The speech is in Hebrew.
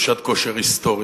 זו שעת כושר היסטורית.